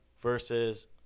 versus